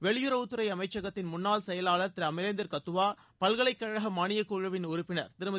வெளியுறவுத்துறை அமைச்சத்தின் முன்னாள் செயலாளர் திரு அமரேந்திர கத்துவா பல்கலைக்கழக மானியக்குழுவின் உறுப்பினர் திருமதி